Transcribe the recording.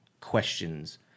questions